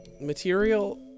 material